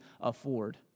afford